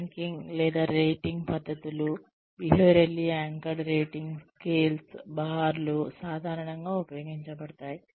ranking లేదా rating పద్ధతులు behaviourally anchored rating scales బార్లు సాధారణంగా ఉపయోగించబడతాయి